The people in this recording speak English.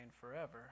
forever